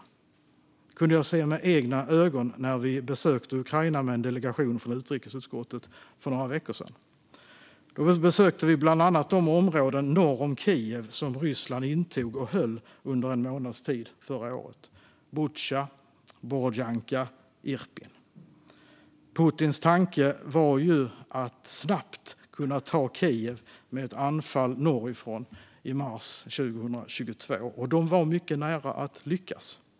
Det kunde jag se med egna ögon när vi för några veckor sedan besökte Ukraina med en delegation från utrikesutskottet. Vi besökte bland annat de områden norr om Kiev som Ryssland intog och höll under en månads tid förra året - Butja, Borodjanka och Irpin. Putins tanke var att snabbt kunna ta Kiev med ett anfall norrifrån i mars 2022. Och de var mycket nära att lyckas.